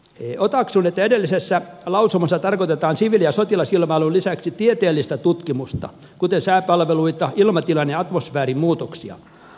otaksun että edellisessä lausumassa tarkoitetaan siviili ja sotilasilmailun lisäksi tieteellistä tutkimusta kuten sääpalveluita ilmatilan ja atmosfäärin muutoksia